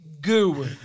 Goo